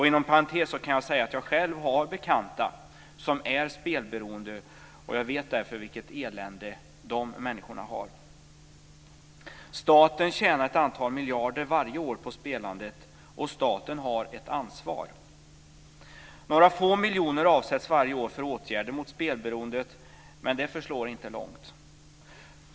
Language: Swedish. Inom parentes kan jag säga att jag själv har bekanta som är spelberoende och jag vet därför vilket elände de här människorna har. Staten tjänar ett antal miljarder varje år på spelandet, och staten har ett ansvar. Några få miljoner avsätts varje år till åtgärder mot spelberoendet, men det förslår inte långt.